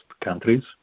countries